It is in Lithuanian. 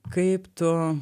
kaip tu